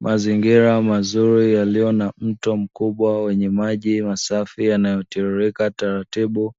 Mazingira mazuri yaliyo na mto mkubwa wenye maji masafi yanayotiririka taratibu,